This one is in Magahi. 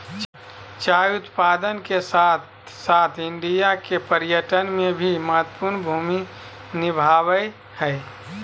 चाय उत्पादन के साथ साथ इंडिया के पर्यटन में भी महत्वपूर्ण भूमि निभाबय हइ